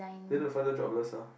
then the father jobless ah